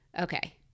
Okay